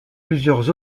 plusieurs